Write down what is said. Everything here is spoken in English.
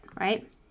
right